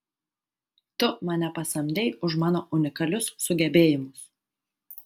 tu mane pasamdei už mano unikalius sugebėjimus